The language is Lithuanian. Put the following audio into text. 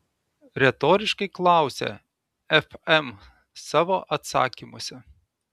retoriškai klausia fm savo atsakymuose